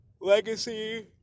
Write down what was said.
Legacy